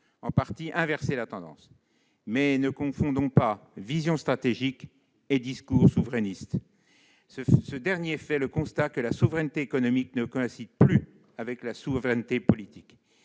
en partie inverser la tendance. Ne confondons pas pour autant vision stratégique et discours souverainiste ! Ce dernier fait le constat que la souveraineté économique ne coïncide plus avec la souveraineté politique.